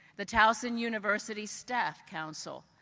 the towson university staff council,